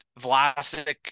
Vlasic